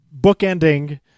bookending